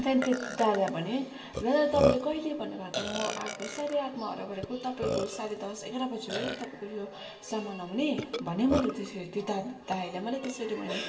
त्यहाँदेखि त्यो दादालाई भने दादा तपाईँले कहिले भन्नुभएको म आएको साढे आठमा हो तपाईँको साढे दस एघार बज्यो तपाईँको यो समयमा आउने भने मैले त्यसरी त्यो दा दादालाई मैले त्यसरी भने